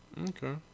Okay